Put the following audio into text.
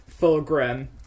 Fulgrim